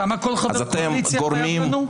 כמה כל חבר קואליציה חייב לנו?